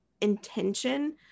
intention